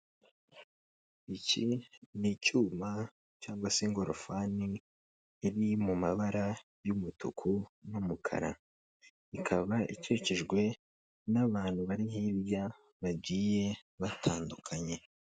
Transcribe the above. Iki ni icyuma cyangwa se ingorofani, iri mu mabara y'umutuku n'umukara, ikaba ikikijwe n'abantu bari hirya bagiye batandukanye.